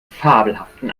fabelhaften